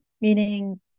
meaning